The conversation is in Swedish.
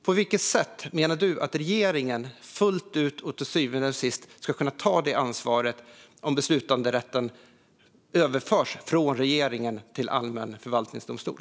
På vilket sätt menar Lotta Johnsson Fornarve att regeringen fullt ut och till syvende och sist ska kunna ta det ansvaret om beslutanderätten överförs från regeringen till allmän förvaltningsdomstol?